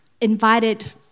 invited